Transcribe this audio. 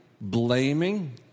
blaming